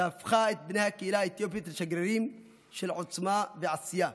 שהפכה את בני הקהילה האתיופית לשגרירים של עוצמה ועשייה,